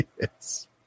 yes